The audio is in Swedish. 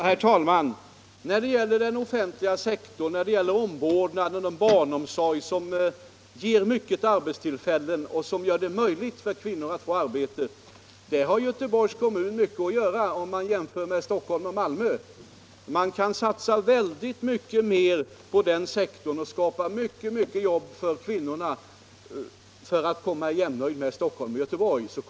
Herr talman! Inom den offentliga sektorn, när det gäller omvårdnad och barnomsorg, som ger många arbetstillfällen och som gör det möjligt för kvinnor att få arbete, har Göteborgs kommun mycket att göra om man jämför med Stockholm och Malmö. Man kan satsa väldigt mycket mer på den sektorn och skapa mycket, mycket jobb åt kvinnorna för att komma i jämnhöjd med Stockholm och Malmö.